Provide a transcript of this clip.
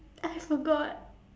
I forgot